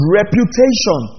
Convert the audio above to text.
reputation